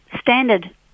standard